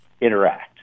interact